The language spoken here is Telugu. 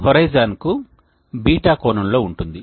ఇది హోరిజోన్కు β కోణంలో ఉంటుంది